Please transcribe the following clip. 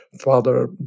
Father